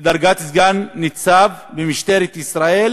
לדרגת סגן-ניצב במשטרת ישראל,